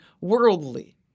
worldly